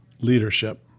leadership